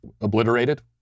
obliterated